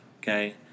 okay